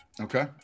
Okay